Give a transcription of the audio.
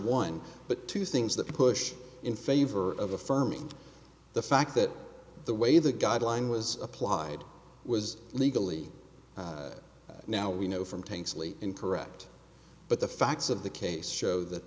one but two things that push in favor of affirming the fact that the way the guideline was applied was legally now we know from thankfully incorrect but the facts of the case show that